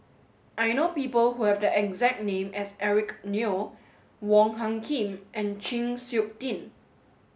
I know people who have the exact name as Eric Neo Wong Hung Khim and Chng Seok Tin